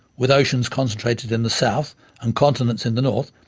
with oceans concentrated in the south and continents in the north,